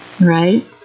Right